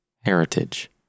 heritage